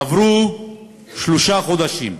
עברו שלושה חודשים,